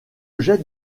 jette